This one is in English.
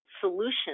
solutions